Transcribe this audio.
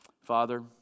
Father